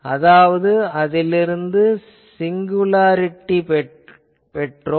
அதாவது அதிலிருந்து சிங்குலாரிட்டியையும் பெற்றோம்